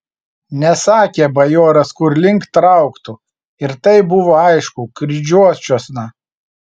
nesakė bajoras kur link trauktų ir taip buvo aišku kryžiuočiuosna